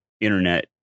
internet